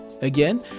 Again